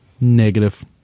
Negative